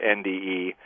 NDE